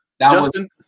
Justin